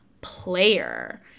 player